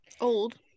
old